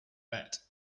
bet